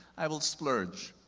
i will splurge.